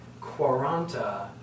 Quaranta